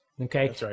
Okay